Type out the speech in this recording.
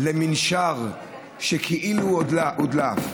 למנשר שכאילו הודלף,